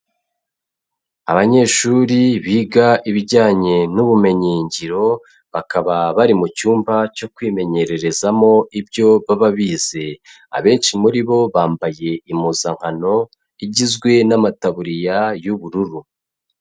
Abanyeshuri biga ibijyanye n'ubumenyingiro, bakaba bari mu cyumba cyo kwimenyererezamo ibyo baba bize, abenshi muri bo bambaye impuzankano igizwe n'amataburiya y'ubururu.